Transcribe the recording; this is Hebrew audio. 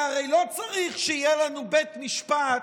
כי הרי לא צריך שיהיה לנו בית משפט